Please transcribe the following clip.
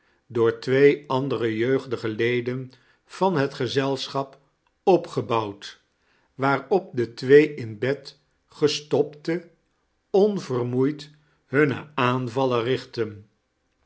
door twee andere jeugdige ieden van het gezelschap opgebouwdj waarop de twee in bed gestopte onvermoeid hunne aanval'len richtteh